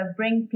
bring